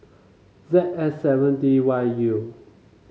Z S seven D Y U